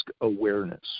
awareness